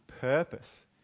purpose